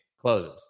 closes